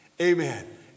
Amen